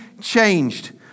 changed